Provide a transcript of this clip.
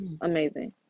amazing